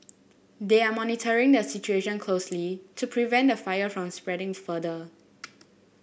they are monitoring the situation closely to prevent the fire from spreading further